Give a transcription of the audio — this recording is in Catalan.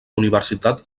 universitat